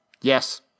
yes